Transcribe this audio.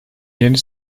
yeni